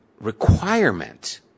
requirement